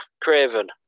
Craven